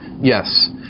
Yes